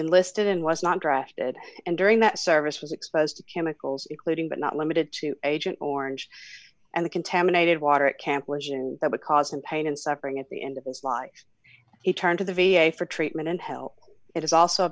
enlisted in was not drafted and during that service was exposed to chemicals including but not limited to agent orange and the contaminated water at camp was and that would cause him pain and suffering at the end of his life he turned to the v a for treatment and help it is also